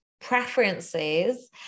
preferences